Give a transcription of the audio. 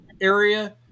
area